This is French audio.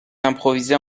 improvisées